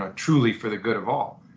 ah truly for the good of all,